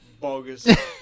Bogus